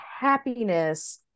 happiness